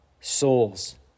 souls